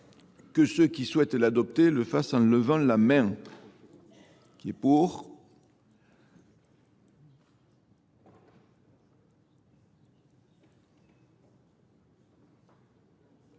Que ceux qui souhaitent l'adopter le fassent en levant la main. Qui est pour